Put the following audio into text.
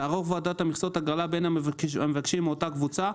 תערוך ועדת המכסות הגרלה בין המבקשים מאותה קבוצה,